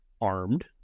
armed –